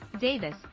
Davis